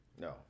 No